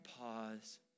pause